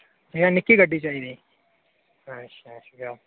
नेआ निक्की गड्डी चाहिदी अच्छा अच्छा